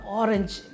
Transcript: orange